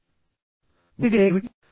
ఒత్తిడి అంటే ఏమిటి